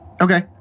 Okay